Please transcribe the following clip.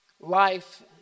life